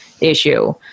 issue